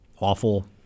awful